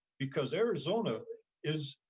because arizona is,